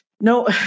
no